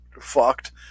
fucked